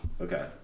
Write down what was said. Okay